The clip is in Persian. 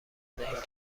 دهیم